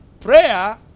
Prayer